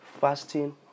fasting